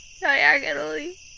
diagonally